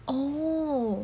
oh